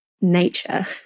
nature